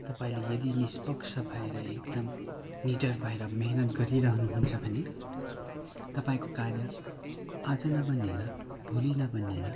तपाईँले यदि निष्पक्ष भएर एकदम निडर भएर मेहनत गरिरहनुहुन्छ भने तपाईँको कार्य आज नबनिएला भोलि नबनिएला